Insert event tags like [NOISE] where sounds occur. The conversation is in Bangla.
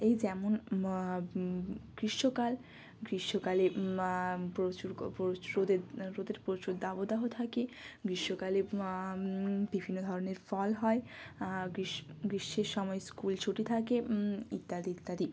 এই যেমন গ্রীষ্মকাল গ্রীষ্মকালে প্রচুর [UNINTELLIGIBLE] প্রচুর রোদের প্রচুর দাবদাহ থাকে গ্রীষ্মকালে বিভিন্ন ধরনের ফল হয় গ্রীষ্ম গ্রীষ্মের সময় স্কুল ছুটি থাকে ইত্যাদি ইত্যাদি